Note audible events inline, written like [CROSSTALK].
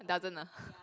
doesn't ah [LAUGHS]